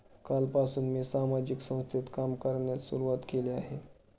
कालपासून मी सामाजिक संस्थेत काम करण्यास सुरुवात केली आहे